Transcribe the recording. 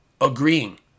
agreeing